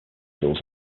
tools